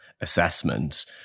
assessment